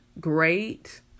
great